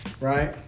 right